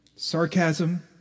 Sarcasm